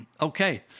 Okay